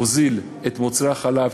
הוזיל את מוצרי החלב,